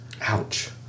Ouch